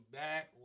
back